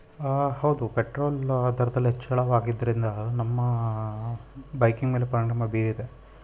ಹೌದು ಪೆಟ್ರೋಲ್ ದರದಲ್ಲಿ ಹೆಚ್ಚಳವಾಗಿದ್ದರಿಂದ ನಮ್ಮ ಬೈಕಿಂಗ್ ಮೇಲೆ ಪರಿಣಾಮ ಬೀರಿದೆ